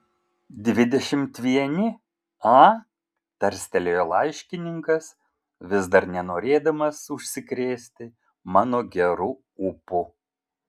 dvidešimt vieni a tarstelėjo laiškininkas vis dar nenorėdamas užsikrėsti mano geru ūpu